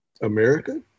America